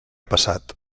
passat